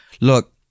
look